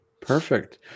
perfect